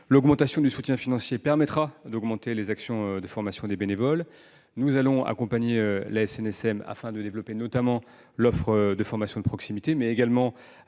L'augmentation du soutien financier permettra d'accroître les actions de formation des bénévoles et nous allons accompagner la SNSM, afin de développer, notamment, l'offre de formation de proximité, mais également